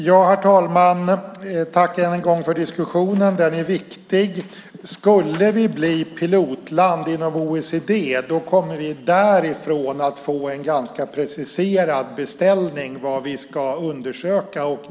Herr talman! Tack än en gång för diskussionen. Den är viktig. Skulle vi bli pilotland inom OECD kommer vi därifrån att få en ganska preciserad beställning på vad vi ska undersöka.